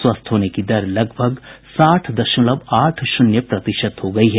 स्वस्थ होने की दर लगभग साठ दशमलव आठ शून्य प्रतिशत हो गई है